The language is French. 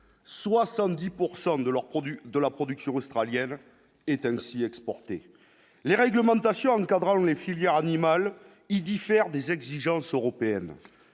de la production australienne est ainsi exporter les réglementations encadrant les filières animales il diffère des exigences européennes,